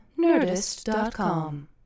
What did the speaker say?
nerdist.com